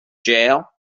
jail